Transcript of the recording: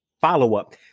follow-up